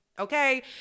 Okay